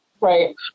Right